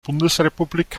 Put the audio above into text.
bundesrepublik